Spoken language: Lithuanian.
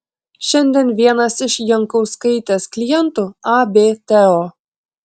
šiandien vienas iš jankauskaitės klientų ab teo